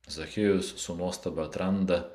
zachiejus su nuostaba atranda